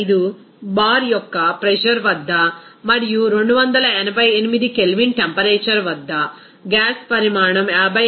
95 bar యొక్క pressure వద్ద మరియు 288 K టెంపరేచర్ వద్ద గ్యాస్ పరిమాణం 56